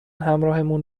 همراهمون